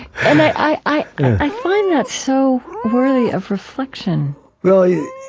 and i i find that so worthy of reflection well, yeah